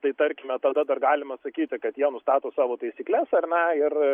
tai tarkime tada dar galima sakyti kad jie nustato savo taisykles ar ne ir